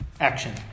action